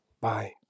Bye